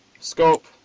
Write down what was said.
Scope